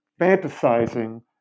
fantasizing